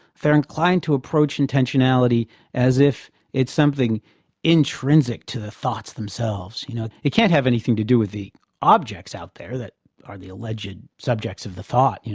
they're inclined to approach intentionality as if it's something intrinsic to the thoughts themselves. you know, it can't have anything to do with the objects out there, that are the alleged subjects of the thought, you